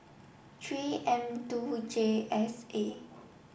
three M two J S A